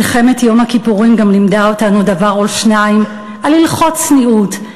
מלחמת יום הכיפורים גם לימדה אותנו דבר או שניים על הלכות צניעות,